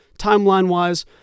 timeline-wise